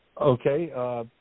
Okay